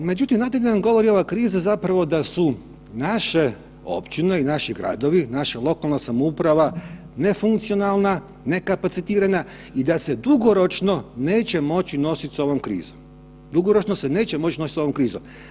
Međutim, znate da nam govori ova kriza zapravo da su naše općine i naši gradovi i naša lokalna samouprava nefunkcionalna, ne kapacitirana i da se dugoročno neće moći nosit s ovom krizom, dugoročno se neće moć nosit s ovom krizom.